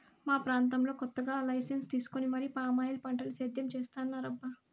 మా ప్రాంతంలో కొత్తగా లైసెన్సు తీసుకొని మరీ పామాయిల్ పంటని సేద్యం చేత్తన్నారబ్బా